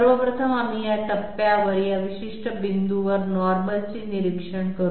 सर्व प्रथम आम्ही या टप्प्यावर या विशिष्ट बिंदूवर नॉर्मल चे निरीक्षण करू